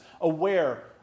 aware